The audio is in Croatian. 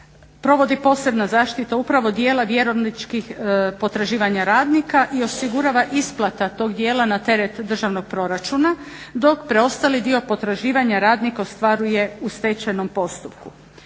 provodi posebna zaštita upravo dijela vjerovničkih potraživanja radnika i osigurava isplata tog dijela na teret državnog proračuna, dok preostali dio potraživanja radnik ostvaruje u stečajnom postupku.